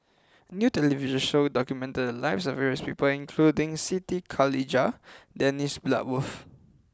a new television show documented the lives of various people including Siti Khalijah and Dennis Bloodworth